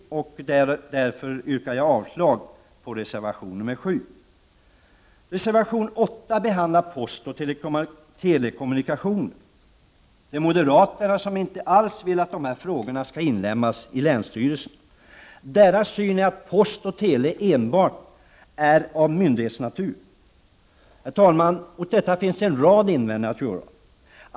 Därför yrkar jag avslag på reservation nr 7. I reservation nr 8 behandlas postoch telekommunikationer. Moderaterna vill inte alls att dessa frågor skall inlemmas i länsstyrelserna, då deras syn är att postoch televerksamheten inte är av myndighetsnatur. Herr talman! Mot detta kan göras en rad invändningar.